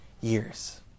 years